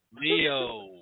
Leo